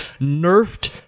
nerfed